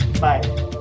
Bye